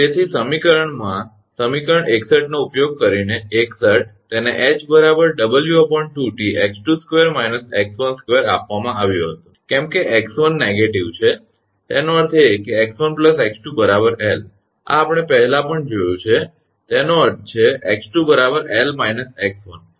તેથી સમીકરણમાં સમીકરણ 61 નો ઉપયોગ કરીને 61 તેને ℎ 𝑊 2𝑇𝑥22 − 𝑥12 આપવામાં આવ્યો હતો કેમ કે 𝑥1 નકારાત્મક છે તેનો અર્થ એ કે 𝑥1 𝑥2 𝐿 આ આપણે પહેલાં પણ જોયું છે તેનો અર્થ છે 𝑥2 𝐿 − 𝑥1